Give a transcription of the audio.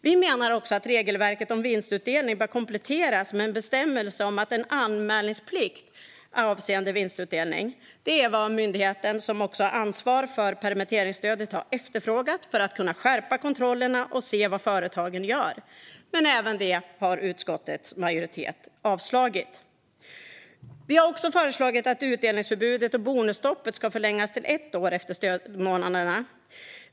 Vi menar också att regelverket för vinstutdelning bör kompletteras med en bestämmelse om anmälningsplikt avseende vinstutdelning. Det är vad myndigheten som har ansvar för permitteringsstödet har efterfrågat för att kunna skärpa kontrollerna och se vad företagen gör, men även detta har utskottets majoritet avslagit. Vi har också föreslagit att utdelningsförbudet och bonusstoppet ska förlängas till ett år efter stödmånaderna.